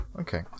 okay